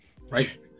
Right